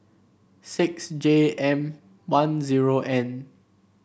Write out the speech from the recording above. six J M one zero N